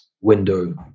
window